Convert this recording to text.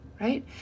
right